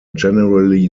generally